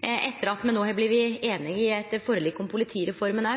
Etter at me no har blitt einige i eit forlik om politireforma,